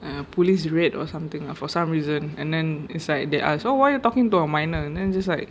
um a police read or something for some reason and then it's like they ask oh why you talking to a minor and then just like